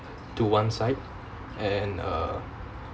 to one side and uh